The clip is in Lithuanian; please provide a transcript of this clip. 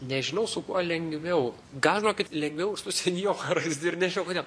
nežinau su kuo lengviau gal žinokit lengviau su senjorais ir nežinau kodėl